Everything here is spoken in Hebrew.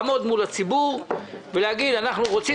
לעמוד מול הציבור ולהגיד: אנחנו רוצים